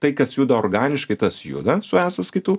tai kas juda organiškai tas juda su e sąskaitų